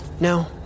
No